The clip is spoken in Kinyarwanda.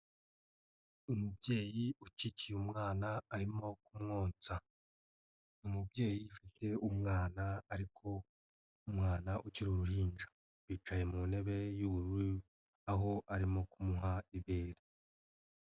Umubyeyi ukikiye umwana arimo kumwonsa. Umubyeyi ufite umwana ariko umwana ukiri uruhinja. Yicaye mu ntebe y'ubururu, aho arimo kumuha ibere.